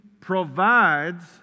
provides